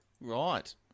Right